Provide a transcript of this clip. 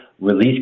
release